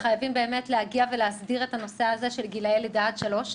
חייבים באמת להגיע ולהסדיר את הנושא הזה של גילאי לידה עד שלוש.